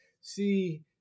see